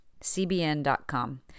CBN.com